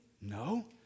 No